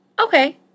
Okay